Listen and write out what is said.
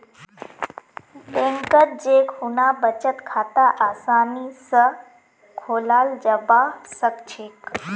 बैंकत जै खुना बचत खाता आसानी स खोलाल जाबा सखछेक